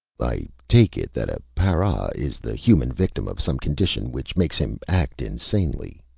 i take it that a para is the human victim of some condition which makes him act insanely.